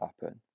happen